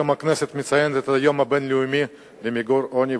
הכנסת מציינת היום את היום הבין-לאומי למיגור העוני,